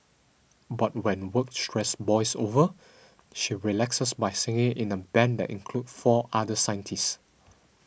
but when work stress boils over she relaxes by singing in a band that includes four other scientists